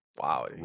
wow